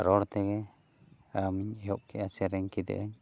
ᱨᱚᱲ ᱛᱮᱜᱮ ᱟᱢ ᱤᱧ ᱮᱦᱚᱵ ᱠᱮᱫᱟ ᱥᱮᱨᱮᱧ ᱠᱮᱫᱟᱹᱧ